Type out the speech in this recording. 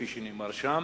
כפי שנאמר שם.